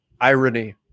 Irony